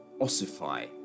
ossify